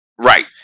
Right